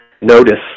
notice